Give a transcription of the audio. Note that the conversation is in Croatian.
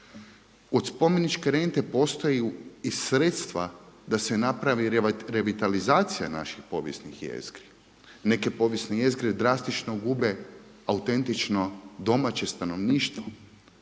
Od spomeničke rente … i sredstva da se napravi revitalizacija naših povijesnih jezgri. Neke povijesne jezgre drastično gube autentično domaće stanovništvo